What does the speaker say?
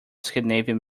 scandinavian